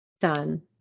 Done